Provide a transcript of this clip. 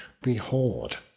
Behold